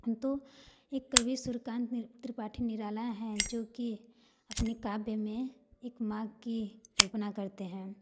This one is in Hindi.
तो एक कवि सूर्यकांत त्रिपाठी निराला हैं जो कि अपने काव्य में एक माँ की कल्पना करते हैं